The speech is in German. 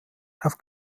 auf